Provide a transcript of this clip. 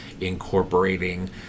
incorporating